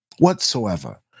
Whatsoever